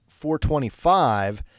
425